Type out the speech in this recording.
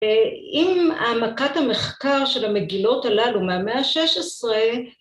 ‫אם העמקת המחקר של המגילות הללו ‫מהמאה ה-16...